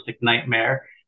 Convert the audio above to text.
Nightmare